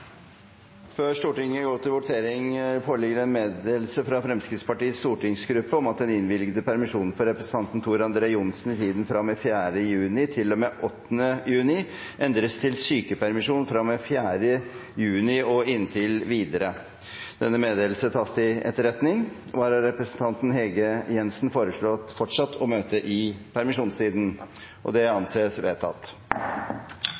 Før Stortinget går til votering, foreligger det en meddelelse fra Fremskrittspartiets stortingsgruppe om at den innvilgede permisjonen for representanten Tor André Johnsen i tiden fra og med 4. juni til og med 8. juni endres til sykepermisjon fra og med 4. juni og inntil videre. Under debatten er det satt frem i alt tre forslag. Det